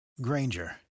Granger